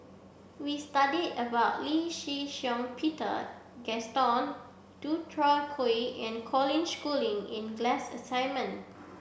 we studied about Lee Shih Shiong Peter Gaston Dutronquoy and Colin Schooling in the glass assignment